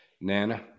Nana